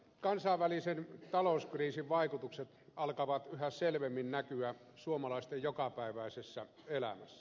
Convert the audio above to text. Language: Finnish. kansainvälisen talouskriisin vaikutukset alkavat yhä selvemmin näkyä suomalaisten jokapäiväisessä elämässä